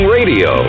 Radio